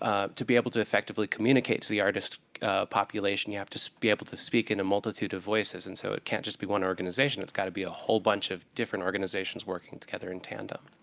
ah to be able to effectively communicate to the artist population, you have to so be able to speak in a multitude of voices. and so, it can't just be one organization. it's got to be a whole bunch of different organizations working together in tandem.